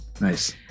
Nice